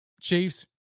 Chiefs